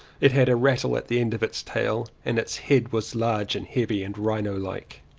it had a rattle at the end of its tail and its head was large and heavy and rhino-like.